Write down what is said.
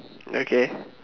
okay